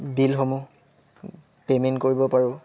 বিলসমূহ পে'মেণ্ট কৰিব পাৰোঁ